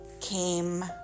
came